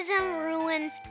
ruins